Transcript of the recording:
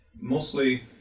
Mostly